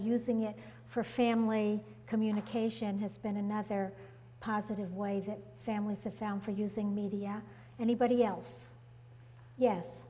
using it for family communication has been another positive way that families have found for using media anybody else yes